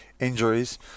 injuries